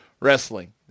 wrestling